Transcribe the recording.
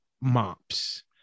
mops